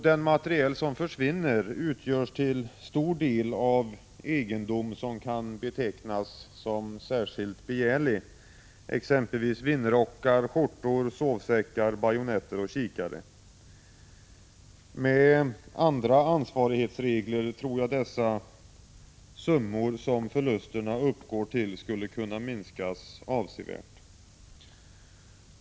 Den materiel som försvinner utgörs till stor del av egendom som kan betecknas som särskilt begärlig, exempelvis vindrockar, skjortor, sovsäckar, bajonetter och kikare. Med andra ansvarig hetsregler tror jag att de summor som förlusterna uppgår till skulle kunna minskas avsevärt.